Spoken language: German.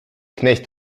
knecht